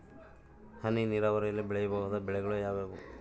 ಹನಿ ನೇರಾವರಿಯಲ್ಲಿ ಬೆಳೆಯಬಹುದಾದ ಬೆಳೆಗಳು ಯಾವುವು?